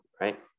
right